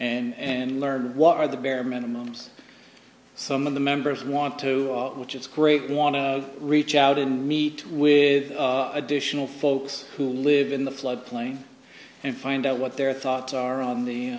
and learn what are the bare minimum and some of the members want to which is great want to reach out and meet with additional folks who live in the floodplain and find out what their thoughts are on the